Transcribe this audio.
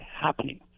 happening